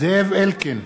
זאב אלקין,